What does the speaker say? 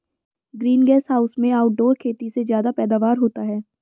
green gas house में outdoor खेती से ज्यादा पैदावार होता है